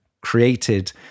created